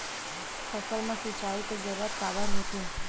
फसल मा सिंचाई के जरूरत काबर होथे?